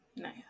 Nice